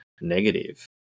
negative